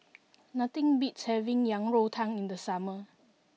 nothing beats having Yang Rou Tang in the summer